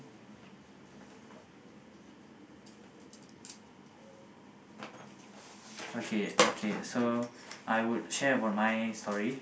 okay okay so I would share about my story